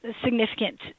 significant